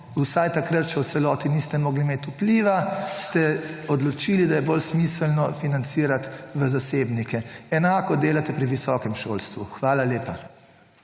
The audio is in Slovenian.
vsaj takrat še v celoti niste mogli imeti vpliva ste odločili, da je bolj smiselno financirati v zasebnike. Enako delate pri visokem šolstvu. Hvala lepa.